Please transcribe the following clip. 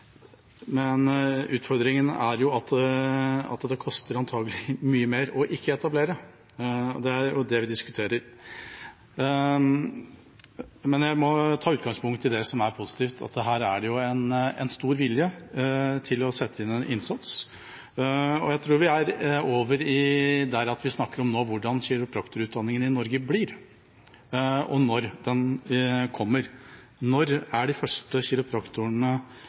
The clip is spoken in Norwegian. Utfordringen er at det koster antakelig mye mer å ikke etablere utdanningen – og det er det vi diskuterer. Jeg må ta utgangspunkt i det som er positivt, at her er det en stor vilje til å sette inn en innsats. Jeg tror vi er nå over i å snakke om hvordan kiropraktorutdanningen i Norge blir og når den kommer. Når er de første kiropraktorene